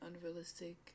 unrealistic